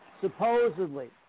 supposedly